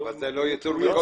אבל זה לא לגבי ייצור מקומי.